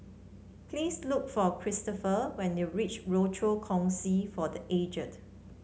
please look for Christopher when you reach Rochor Kongsi for The Aged